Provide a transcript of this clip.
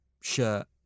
shirt